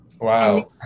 Wow